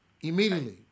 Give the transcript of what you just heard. immediately